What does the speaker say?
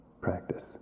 Practice